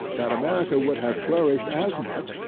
that america would have flourished as much,